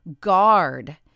guard